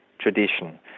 tradition